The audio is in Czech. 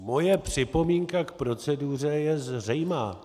Moje připomínka k proceduře je zřejmá.